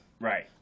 Right